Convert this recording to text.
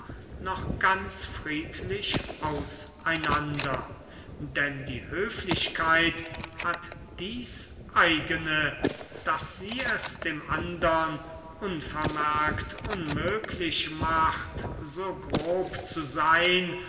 noch ganz friedlich aus einander denn die höflichkeit hat dieß eigene daß sie es dem andern unvermerkt unmöglich macht so grob zu seyn